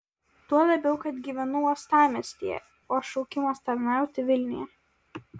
tuo labiau kad gyvenu uostamiestyje o šaukimas tarnauti vilniuje